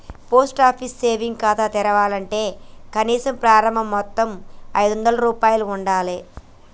post office savings ఖాతా తెరవాలంటే కనీస ప్రారంభ మొత్తం ఐదొందల రూపాయలు ఉండాలె